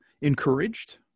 encouraged